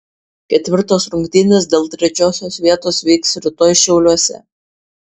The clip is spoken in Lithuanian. ketvirtos rungtynės dėl trečiosios vietos vyks rytoj šiauliuose